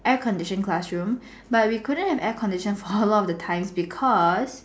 air conditioned classroom but we couldn't have air conditioned for a lot of the times because